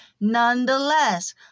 nonetheless